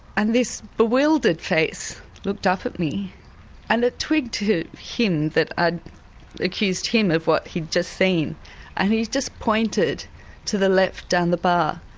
and this bewildered face looked up at me and it twigged to him that i'd accused him of what he'd just seen and he just pointed to the left down the bar.